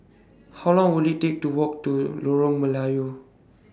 How Long Will IT Take to Walk to Lorong Melayu